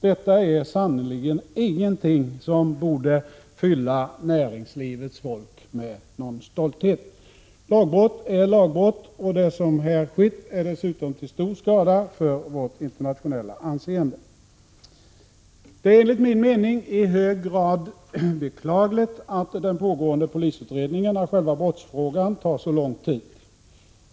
Detta är sannerligen inget som borde fylla näringslivets folk med stolthet. Lagbrott är lagbrott. Det som har skett är dessutom till stor skada för vårt internationella anseende. Det är enligt min mening i hög grad beklagligt att den pågående polisutredningen av själva brottsfrågan tar så lång tid.